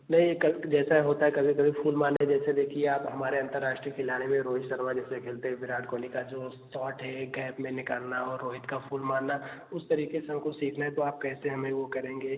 नहीं कब जैसा होता है कभी कभी फूल मारने जैसे देखिए आप हमारे अंतरराष्ट्रीय खिलाड़ी भी रोहित शर्मा जैसे खेलते हैं विराट कोहली का जो शॉट है गैप में निकालना और रोहित का फुल मारना उस तरीके से हमको सीखना है तो आप कैसे हमें वह करेंगे